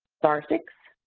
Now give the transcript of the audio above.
star six?